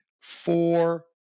four